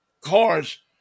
cars